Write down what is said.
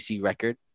record